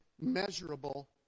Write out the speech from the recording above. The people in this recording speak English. measurable